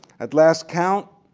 at last count,